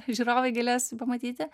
žiūrovai galės pamatyti